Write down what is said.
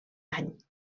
any